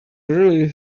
really